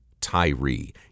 Tyree